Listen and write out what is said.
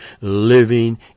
living